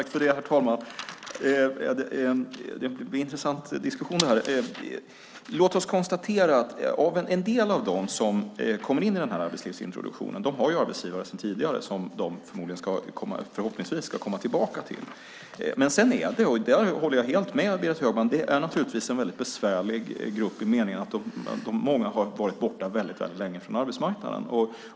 Herr talman! Detta är en intressant diskussion. Låt oss konstatera att en del av dem som kommer in i den här arbetslivsintroduktionen har arbetsgivare sedan tidigare som de förhoppningsvis ska komma tillbaka till. Men sedan är det, och där håller jag helt med Berit Högman, naturligtvis en mycket besvärlig grupp i den meningen att många har varit borta väldigt länge från arbetsmarknaden.